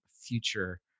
future